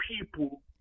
people